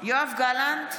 יואב גלנט,